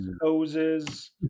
hoses